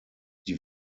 die